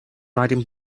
riding